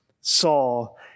Saul